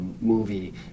movie